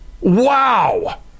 Wow